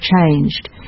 changed